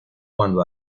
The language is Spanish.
cuando